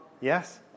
Yes